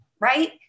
right